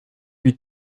lui